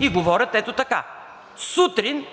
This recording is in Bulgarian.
и говорят ето така: сутрин: